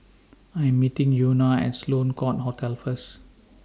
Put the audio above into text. I Am meeting Euna At Sloane Court Hotel First